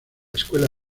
escuela